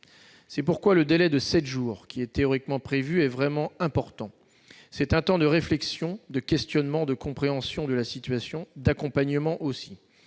C'est pourquoi le délai de sept jours, qui est théoriquement prévu, est réellement important. C'est un temps de réflexion, de questionnement, de compréhension de la situation, ainsi que d'accompagnement.